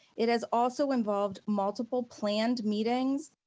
it has also involved multiple planned meetings,